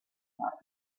thought